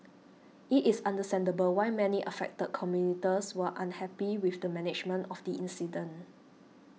it is understandable why many affected commuters were unhappy with the management of the incident